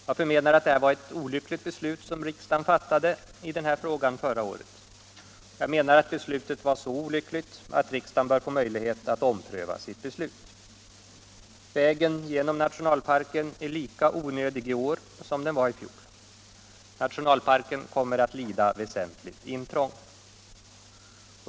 Jag menar att det var ett så olyckligt beslut som riksdagen fattade i denna fråga förra året att riksdagen nu bör få möjlighet att ompröva det. Vägen genom nationalparken är lika onödig i år som den var i fjol. Nationalparken kommer att lida väsentligt intrång.